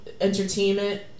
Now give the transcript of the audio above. entertainment